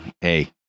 hey